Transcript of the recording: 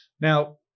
now